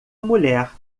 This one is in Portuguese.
mulher